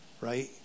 Right